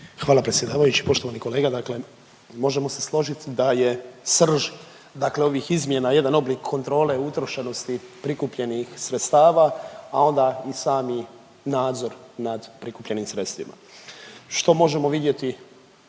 Hvala predsjedavajući. Poštovani kolega, dakle možemo se složit da je srž ovih izmjena jedan oblik kontrole utrošenosti prikupljenih sredstava, a onda i sami nadzor nad prikupljenim sredstvima što možemo vidjeti